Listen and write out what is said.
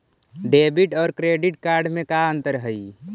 Debit और credit card में का अंतर हइ?